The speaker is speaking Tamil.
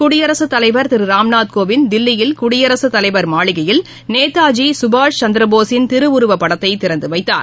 குடியரசுத்தலைவர் திருராம்நாத் கோவிந்த் தில்லியில் குடியரசுத்தலைவர் மாளிகையில் நேதாஜிசுபாஷ் சந்திரபோஸின் திருவுருவப்படத்தைதிறந்துவைத்தார்